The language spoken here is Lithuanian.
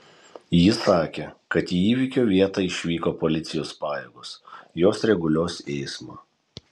ji sakė kad į įvykio vietą išvyko policijos pajėgos jos reguliuos eismą